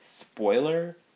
spoiler